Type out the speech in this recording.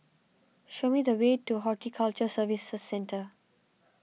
show me the way to Horticulture Services Centre